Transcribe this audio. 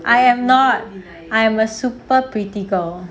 I am not I'm a super pretty girl